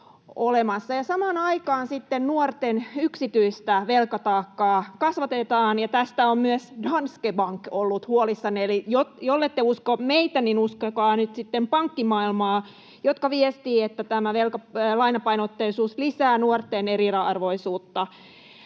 Samaan aikaan sitten nuorten yksityistä velkataakkaa kasvatetaan, ja tästä on myös Danske Bank ollut huolissaan. Eli jollette usko meitä, niin uskokaa nyt sitten pankkimaailmaa, joka viestii, että tämä lainapainotteisuus lisää nuorten eriarvoisuutta.